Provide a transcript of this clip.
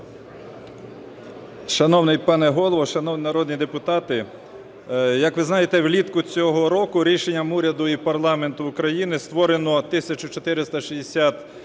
Шановний пане Голово, шановні народні депутати! Як ви знаєте, влітку цього року рішенням уряду і парламенту України створено 1469